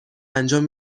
انجام